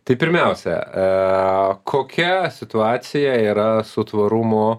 tai pirmiausia a kokia situacija yra su tvarumu